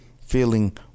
feeling